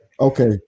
okay